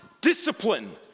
discipline